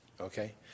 okay